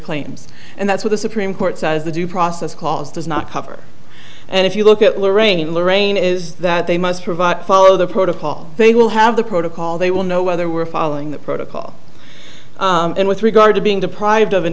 claims and that's why the supreme court says the due process clause does not cover and if you look at lorain loraine is that they must provide follow the protocol they will have the protocol they will know whether we're following the protocol and with regard to being deprived of an